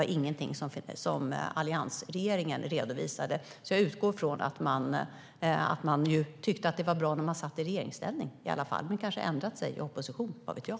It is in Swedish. Det redovisade inte alliansregeringen, så jag utgår från att man i alla fall tyckte att det var bra när man satt i regeringsställning. Men kanske har man ändrat sig i opposition - vad vet jag?